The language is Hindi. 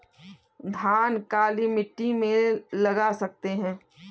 धान काली मिट्टी में लगा सकते हैं?